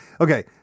okay